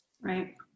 Right